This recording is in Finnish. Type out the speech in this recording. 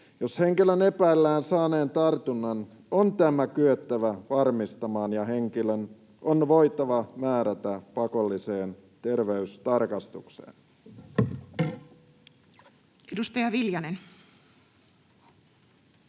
Jos henkilön epäillään saaneen tartunnan, on tämä kyettävä varmistamaan ja henkilö on voitava määrätä pakolliseen terveystarkastukseen. [Speech